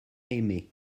aimé